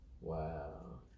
Wow